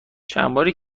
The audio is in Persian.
چندباری